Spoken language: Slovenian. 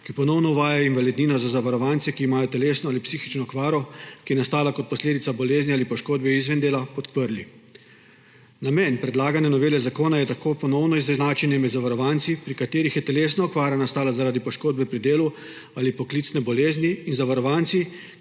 ki ponovno uvaja invalidnino za zavarovance, ki imajo telesno ali psihično okvaro, ki je nastala kot posledica bolezni ali poškodbe izven dela, podprli. Namen predlagane novele zakona je tako ponovno izenačenje med zavarovanci, pri katerih je telesna okvara nastala zaradi poškodbe pri delu ali poklicne bolezni, in zavarovanci,